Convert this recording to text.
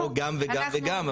או גם וגם וגם,